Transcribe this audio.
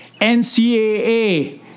ncaa